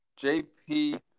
JP